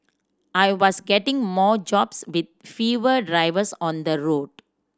I was getting more jobs with fewer drivers on the road